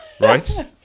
right